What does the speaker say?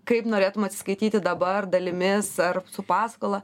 kaip norėtum atsiskaityti dabar dalimis ar su paskola